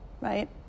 Right